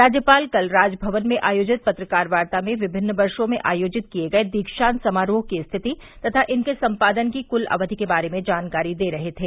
राज्यपाल कल राजमवन में आयोजित पत्रकार वार्ता में विभिन्न वर्षो में आयोजित किये गये दीक्षान्त समारोह की स्थिति तथा इनके सम्पादन की क्ल अवधि के बारे में जानकारी दे रहे थे